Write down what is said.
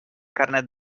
carnet